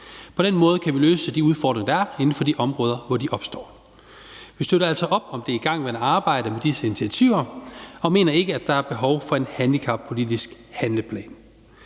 På den måde kan vi løse de udfordringer, der er, inden for de områder, hvor de opstår. Vi støtter altså op om det igangværende arbejde med disse initiativer og mener ikke, at der er behov for en handicappolitisk handleplan.